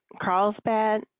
Carlsbad